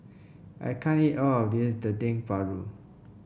I can't eat all of this Dendeng Paru